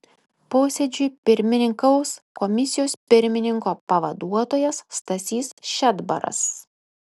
posėdžiui pirmininkaus komisijos pirmininko pavaduotojas stasys šedbaras